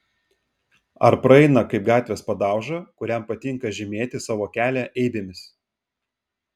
ar praeina kaip gatvės padauža kuriam patinka žymėti savo kelią eibėmis